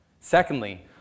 Secondly